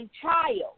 child